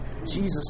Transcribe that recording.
Jesus